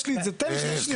תן לי שתי שניות.